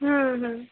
হুম হুম